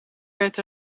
werd